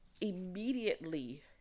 immediately